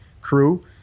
crew